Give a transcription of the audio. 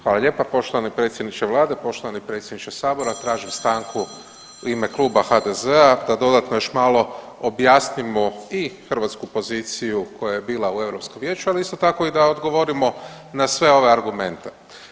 Hvala lijepa poštovani predsjedniče vlade, poštovani predsjedniče sabora, tražim stanku u ime Kluba HDZ-a da dodatno još malo objasnimo i hrvatsku poziciju koja je bila u Europskom vijeću, ali isto tako i da odgovorimo na sve ove argumente.